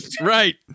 Right